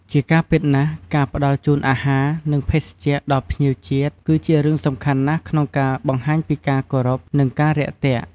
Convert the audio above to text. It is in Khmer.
ជាការពិតណាស់ការផ្តល់ជូនអាហារ និងភេសជ្ជៈដល់ភ្ញៀវជាតិ គឺជារឿងសំខាន់ណាស់ក្នុងការបង្ហាញពីការគោរព និងការរាក់ទាក់។